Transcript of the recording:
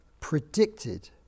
predicted